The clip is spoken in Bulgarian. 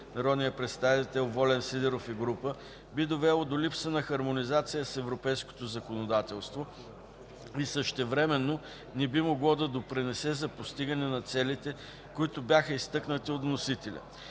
народния представител Волен Сидеров и група, би довело до липса на хармонизация с европейското законодателство и същевременно не би могло да допринесе за постигане на целите, които бяха изтъкнати от вносителя.